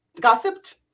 gossiped